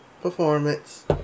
Performance